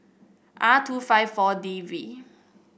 R two five four D V